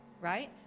right